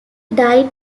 died